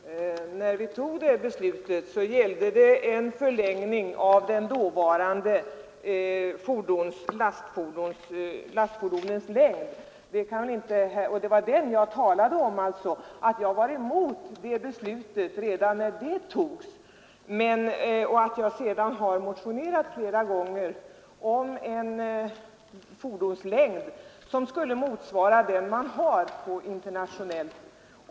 Fru talman! När vi fattade detta beslut gällde det längden av lastfordonen. Det var det jag talade om, och jag var emot det beslutet när det fattades. Sedan dess har jag flera gånger motionerat om bestämmelser angående fordonslängder som sammanfaller med de internationella.